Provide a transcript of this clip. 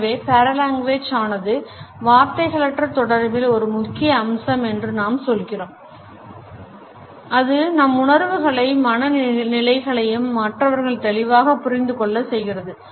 எனவே paralanguage ஆனது வார்த்தைகளற்ற தொடர்பின் ஒரு முக்கிய அம்சம் என்று நாம் சொல்கிறோம் அது நம் உணர்வுகளையும் மன நிலைகளையும் மற்றவர்கள் தெளிவாக புரிந்து கொள்ள செய்கிறது